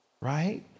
right